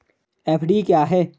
FD क्या है?